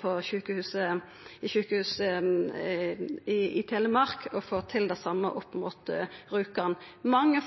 på Sykehuset Telemark å få til det same opp mot brukarane. Mange